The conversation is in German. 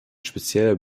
spezieller